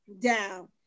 down